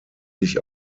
sich